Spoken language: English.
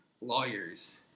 lawyers